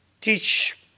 teach